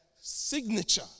signature